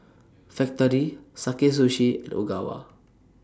Factorie Sakae Sushi and Ogawa